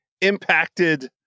impacted